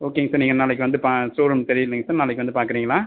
ஓகேங்க சார் நீங்கள் நாளைக்கு வந்து பா ஷோரூம் தெரியுங்களே சார் நாளைக்கு வந்து பார்க்குறீங்களா